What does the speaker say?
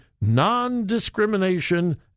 Non-Discrimination